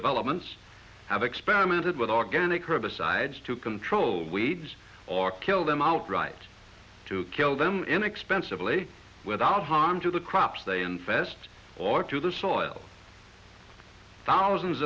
developments have experimented with organic herbicides to control weeds or kill them outright to kill them inexpensively without harm to the crops they infest or to the soil thousands